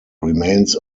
remains